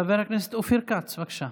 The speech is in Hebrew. חבר הכנסת אופיר כץ, בבקשה.